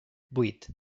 vuit